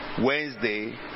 Wednesday